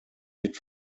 hit